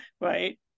right